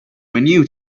menu